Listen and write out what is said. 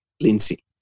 Lindsay